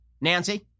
Nancy